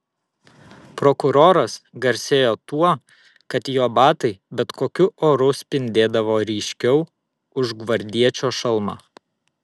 prokuroras garsėjo tuo kad jo batai bet kokiu oru spindėdavo ryškiau už gvardiečio šalmą